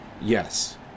Yes